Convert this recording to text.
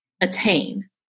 attain